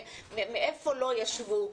מאיפה לא ישבו,